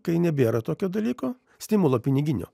kai nebėra tokio dalyko stimulo piniginio